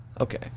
Okay